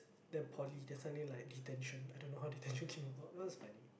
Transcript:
then poly then suddenly like detention I don't know how detention came about that was funny